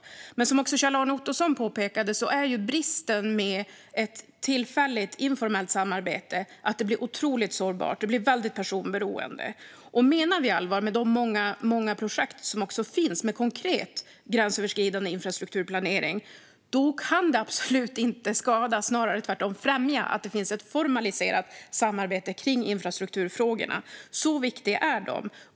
Precis som Kjell-Arne Ottosson påpekade är ju bristen med ett tillfälligt informellt samarbete att det blir otroligt sårbart och personberoende. Om vi menar allvar med de många projekt som finns med konkret gränsöverskridande infrastrukturplanering kan det absolut inte skada, snarare tvärtom främja, att det finns ett formaliserat samarbete kring infrastrukturfrågorna. Så viktiga är de.